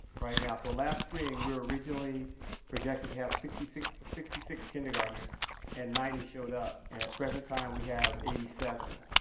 right now. so last spring we were originally projected to have sixty six sixty six kindergarteners and ninety showed up. and at the present time we have eighty seven.